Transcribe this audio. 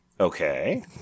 Okay